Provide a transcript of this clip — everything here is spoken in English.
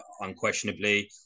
unquestionably